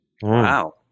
Wow